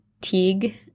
Teague